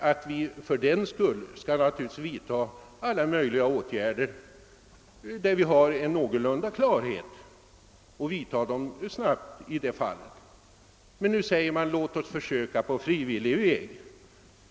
Men vi skall naturligtvis vidtaga åtgärder i alla de fall där situationen är någorlunda klar och vidtaga åtgärderna snabbt. Nu säger man emellertid från naturvårdsverkets sida: Låt oss försöka på frivillig väg!